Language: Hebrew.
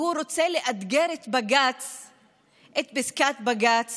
והוא רוצה לאתגר את פסיקת בג"ץ